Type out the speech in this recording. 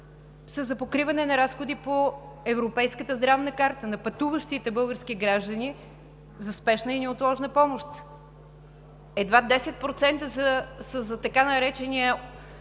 са за покриване на разходи по Европейската здравна карта, на пътуващите български граждани за спешна и неотложна помощ. Едва 10% са за така наречения